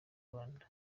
rwanda